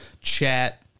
chat